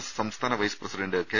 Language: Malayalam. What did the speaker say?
എസ് സംസ്ഥാന വൈസ് പ്രസിഡന്റ് കെ